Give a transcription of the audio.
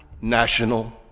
National